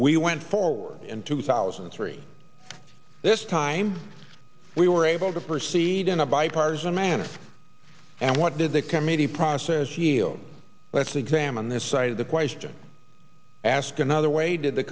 we went forward in two thousand and three this time we were able to proceed in a bipartisan manner and what did the committee process healed let's examine this side of the question ask another way did the